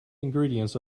ingredients